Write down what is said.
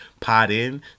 podin